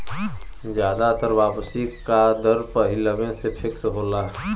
जादातर वापसी का दर पहिलवें से फिक्स होला